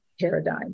paradigm